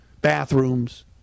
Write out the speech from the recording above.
bathrooms